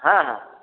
ହଁ ହଁ